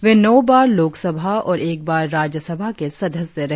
वे नौ बार लोकसभा और एक बार राज्य सभा के सदस्य रहे